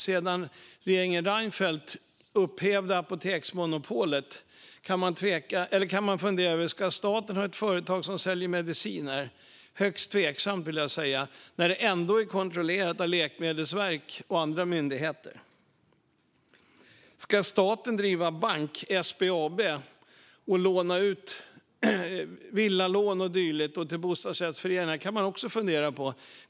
Sedan regeringen Reinfeldt upphävde apoteksmonopolet kan man fundera över: Ska staten ha ett företag som säljer mediciner? Det är högst tveksamt, när det ändå är kontrollerat av Läkemedelsverket och andra myndigheter. Ska staten driva en bank som SBAB och låna ut till villalån och dylikt och till bostadsrättsföreningar? Det kan man också fundera på.